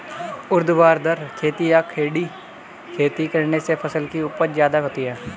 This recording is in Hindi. ऊर्ध्वाधर खेती या खड़ी खेती करने से फसल की उपज ज्यादा होती है